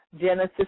Genesis